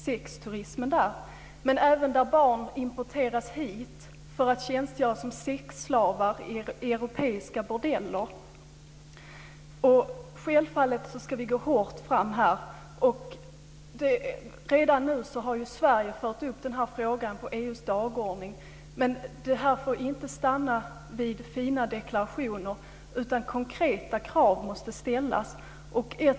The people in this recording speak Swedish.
Det förekommer även att barn importeras som sexslavar till europeiska bordeller. Självfallet ska vi gå hårt fram i dessa sammanhang. Sverige har redan tagit upp denna fråga på EU:s dagordning, men det får inte stanna vid fina deklarationer, utan det måste ställas konkreta krav.